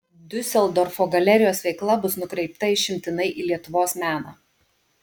diuseldorfo galerijos veikla bus nukreipta išimtinai į lietuvos meną